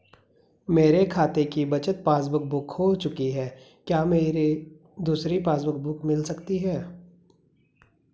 मेरे खाते की बचत पासबुक बुक खो चुकी है क्या मुझे दूसरी पासबुक बुक मिल सकती है?